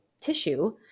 tissue